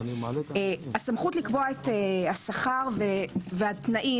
הסמכות לקבוע את השכר והתנאים,